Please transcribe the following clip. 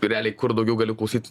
realiai kur daugiau galiu klausyt